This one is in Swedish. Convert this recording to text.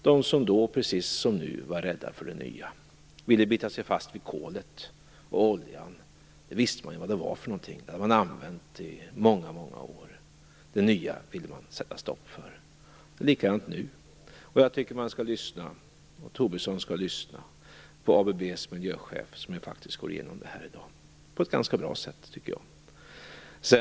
De som då var rädda för det nya, precis som många nu är, ville bita sig fast vid kolet och oljan. Man visste vad det var fråga om - detta hade man använt i många år. Det nya ville man sätta stopp för. Det är likadant nu. Jag tycker att Tobisson skall lyssna på ABB:s miljöchef, som i dag går igenom det här på ett ganska bra sätt.